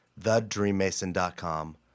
thedreammason.com